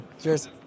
Cheers